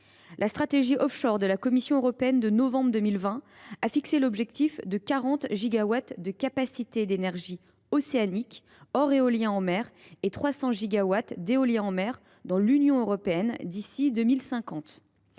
La stratégie de la Commission européenne, publiée au mois de novembre 2020 a fixé l’objectif de 40 gigawatts de capacité d’énergie océanique hors éolien en mer et de 300 gigawatts d’éolien en mer dans l’Union européenne d’ici à 2050.